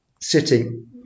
sitting